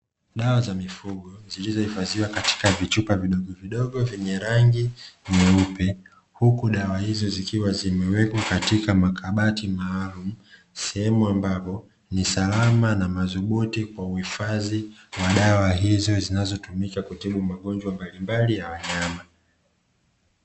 Dawa za mifugo zilizohifadhiwa katika vichupa vidogovidogo vyenye rangi nyeupe, huku dawa hizo zikiwa zimewekwa kwenye makabati maalumu, sehemu ambapo ni salama na mathubuti kwa uhifadhi wa dawa hizo zinazotumika kutibu magonjwa mbalimbali ya wanyama.